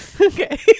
Okay